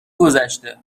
گذشته